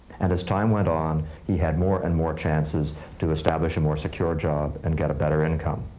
and as time went on, he had more and more chances to establish a more secure job and get a better income.